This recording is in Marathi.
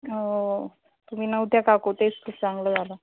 हो तुम्ही नव्हत्या का कुठेच ते चांगलं झालं